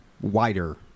wider